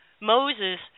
moses